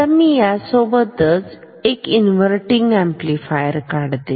आता मी यासोबतच एक इन्वर्तींग ऍम्प्लिफायर काढते